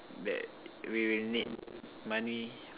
that we will need money